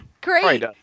great